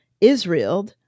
Israel